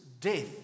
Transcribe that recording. death